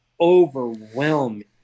overwhelming